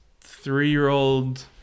three-year-old